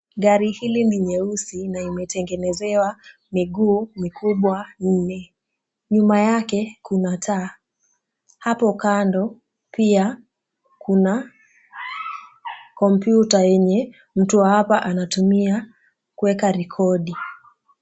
Gari hili ni nyeusi na imetengenezewa miguu mikubwa nne. Nyuma yake kuna taa. Hapo kando pia kuna kompyuta yenye mtu wa hapa anatumia kuweka rekodi.